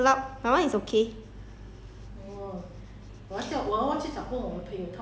right the red line lor means is too loud is it too loud my one is okay